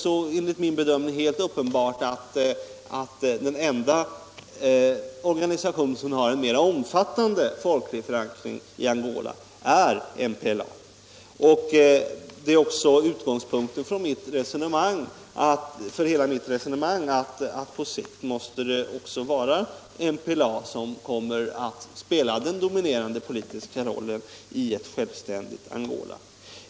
Det är enligt min bedömning också helt uppenbart att den enda organisation som har en mer omfattande folklig förankring i Angola är MPLA. Utgångspunkten för hela mitt resonemang är också att det då måste vara MPLA som kommer att spela den dominerande politiska rollen i ett självständigt Angola.